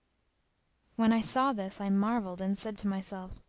when i saw this i marvelled and said to myself,